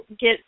get